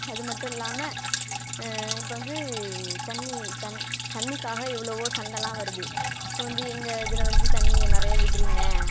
அது மட்டும் இல்லாமல் இப்போ வந்து தண்ணி தண் தண்ணிக்காக எவ்வளோவோ சண்டெயெல்லாம் வருது இப்போ வந்து எங்கள் இதில் வந்து தண்ணியை நிறைய விடுறிங்க